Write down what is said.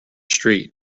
street